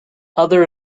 other